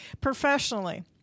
professionally